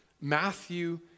Matthew